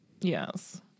Yes